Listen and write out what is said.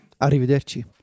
Arrivederci